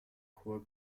chor